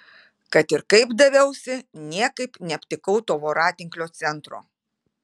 kad ir kaip daviausi niekaip neaptikau to voratinklio centro